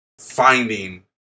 finding